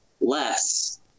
less